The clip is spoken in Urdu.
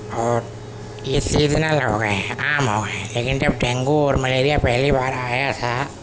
اور یہ سیزنل ہو گئے ہیں عام ہوگئے ہیں لیکن جب ڈینگو اور ملیریا پہلی بار آیا تھا